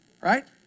Right